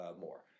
more